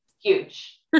huge